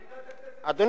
לא,